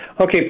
Okay